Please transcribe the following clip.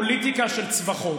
פוליטיקה של צווחות.